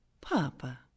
Papa